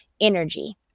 energy